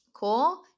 Cool